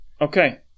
okay